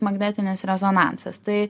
magnetinis rezonansas tai